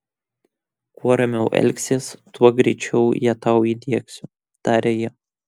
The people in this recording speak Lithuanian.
kuo ramiau elgsiesi tuo greičiau ją tau įdiegsiu taria ji